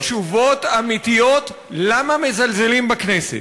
לקבל תשובות אמיתיות למה מזלזלים בכנסת.